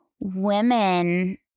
women